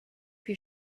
your